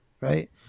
right